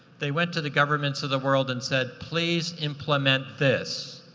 they went to the governments of the world and said, please implement this.